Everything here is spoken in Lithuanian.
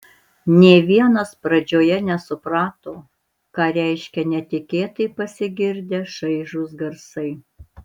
nė vienas pradžioje nesuprato ką reiškia netikėtai pasigirdę šaižūs garsai